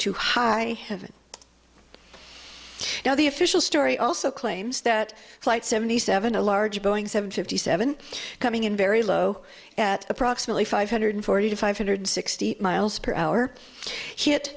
to high heaven now the official story also claims that flight seventy seven a large boeing seven fifty seven coming in very low at approximately five hundred forty to five hundred sixty miles per hour hit